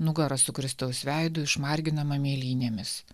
nugara su kristaus veidu išmargino mėlynėmis